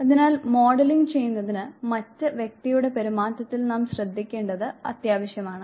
അതിനാൽ മോഡലിംഗ് ചെയ്യുന്നതിന് മറ്റ് വ്യക്തിയുടെ പെരുമാറ്റത്തിൽ നാം ശ്രദ്ധിക്കേണ്ടത് അത്യാവശ്യമാണ്